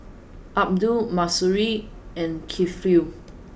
Abdul Mahsuri and Kifli